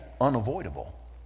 unavoidable